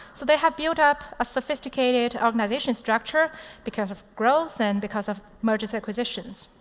so they have built up a sophisticated organization structure because of growth and because of mergers, acquisitions.